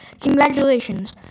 Congratulations